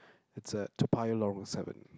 it's at Toa-Payoh Lorong seven